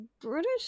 British